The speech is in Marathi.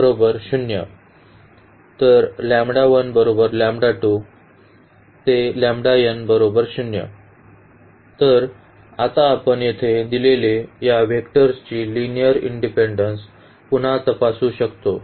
तर आता आपण येथे दिलेले या वेक्टरची लिनिअर इंडिपेन्डेन्स पुन्हा तपासू शकतो